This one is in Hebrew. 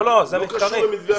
זה לא קשור למתווה הכותל.